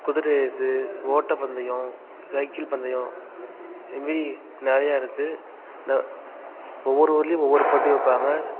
குதிரை ரேஸ்ஸு ஓட்டப்பந்தயம் சைக்கிள் பந்தயம் இதுமாரி நிறையா இருக்குது த ஒவ்வொரு ஊர்லேயும் ஒவ்வொரு போட்டி வைப்பாங்க